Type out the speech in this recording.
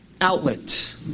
outlet